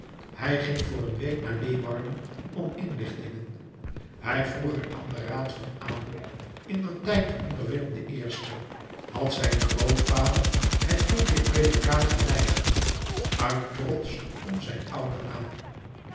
hij ging voor een week naar leeuwarden om inlichtingen hij vroeg er aan den raad van adel indertijd onder willem i had zijn grootvader het jonkheerpredicaat geweigerd uit trots om zijn ouden naam